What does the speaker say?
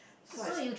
so I